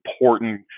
important